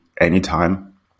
anytime